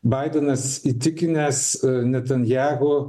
baidenas įtikinęs natanjahu